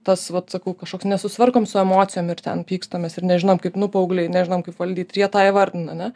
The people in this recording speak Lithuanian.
tas vat sakau kažkoks nesusitvarkom su emocijom ir ten pykstamės ir nežinom kaip nu paaugliai nežinom kaip valdyt ir jie tą įvardina ane